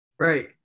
Right